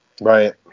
Right